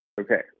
Okay